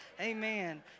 Amen